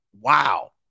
wow